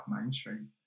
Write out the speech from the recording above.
mainstream